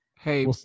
hey